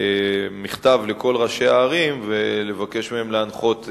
מכתב לכל ראשי הערים ולבקש מהם להנחות,